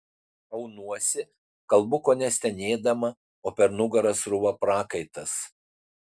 aunuosi kalbu kone stenėdama o per nugarą srūva prakaitas